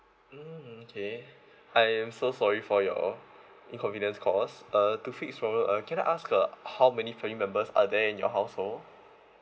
mm okay I am so sorry for your inconvenience caused uh to fix this problem uh can I ask uh how many family members are there in your household